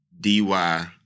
D-Y